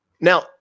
Now